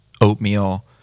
oatmeal